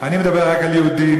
אני מדבר רק על יהודים.